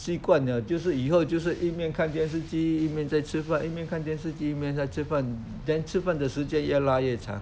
习惯了就是以后就是一面看电视一面在吃饭一面看电视机一面在吃饭 then 吃饭的时间越拉越长